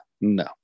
no